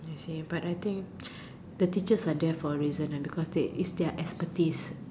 I see but I think the teachers are there for a reason lah because they it's their expertise